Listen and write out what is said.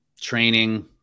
training